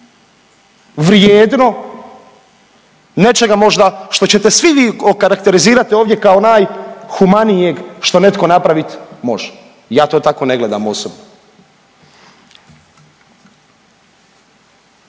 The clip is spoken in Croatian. vrijedno nečega možda što ćete svi vi okarakterizirati ovdje kao najhumanijeg što netko napravit može, ja to tako ne gledam osobno.